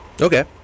Okay